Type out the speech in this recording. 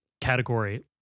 category